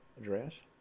address